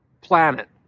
planet